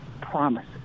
promise